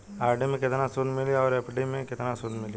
RD मे केतना सूद मिली आउर एफ.डी मे केतना सूद मिली?